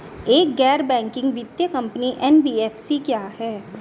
एक गैर बैंकिंग वित्तीय कंपनी एन.बी.एफ.सी क्या है?